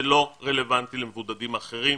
זה לא רלוונטי למבודדים אחרים,